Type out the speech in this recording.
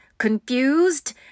confused